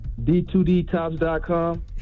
D2Dtops.com